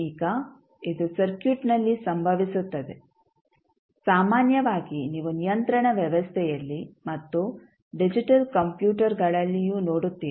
ಈಗ ಇದು ಸರ್ಕ್ಯೂಟ್ನಲ್ಲಿ ಸಂಭವಿಸುತ್ತದೆ ಸಾಮಾನ್ಯವಾಗಿ ನೀವು ನಿಯಂತ್ರಣ ವ್ಯವಸ್ಥೆಯಲ್ಲಿ ಮತ್ತು ಡಿಜಿಟಲ್ ಕಂಪ್ಯೂಟರ್ಗಳಲ್ಲಿಯೂ ನೋಡುತ್ತೀರಿ